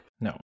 No